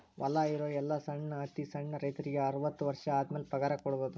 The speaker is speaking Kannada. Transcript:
ಹೊಲಾ ಇರು ಎಲ್ಲಾ ಸಣ್ಣ ಅತಿ ಸಣ್ಣ ರೈತರಿಗೆ ಅರ್ವತ್ತು ವರ್ಷ ಆದಮ್ಯಾಲ ಪಗಾರ ಕೊಡುದ